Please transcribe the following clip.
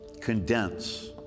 Condense